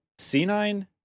C9